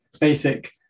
basic